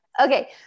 Okay